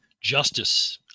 justice